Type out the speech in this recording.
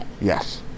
Yes